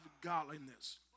godliness